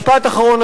משפט אחרון,